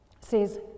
says